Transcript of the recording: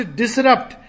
disrupt